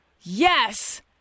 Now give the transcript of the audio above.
Yes